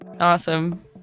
Awesome